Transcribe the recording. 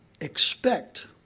expect